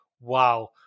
wow